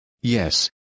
Yes